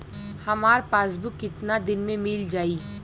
हमार पासबुक कितना दिन में मील जाई?